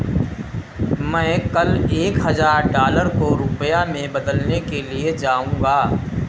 मैं कल एक हजार डॉलर को रुपया में बदलने के लिए जाऊंगा